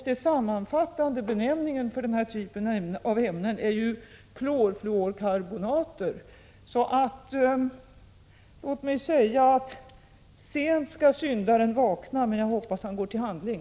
Den sammanfattande beteckningen för den här typen av ämnen är klorfluorkarbonater. Sent skall syndaren vakna, men jag hoppas han går till handling.